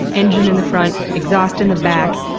engine in the front, exhaust in the back,